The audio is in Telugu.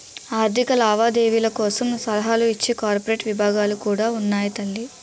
ఆర్థిక లావాదేవీల కోసం సలహాలు ఇచ్చే కార్పొరేట్ విభాగాలు కూడా ఉన్నాయి తల్లీ